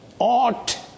Ought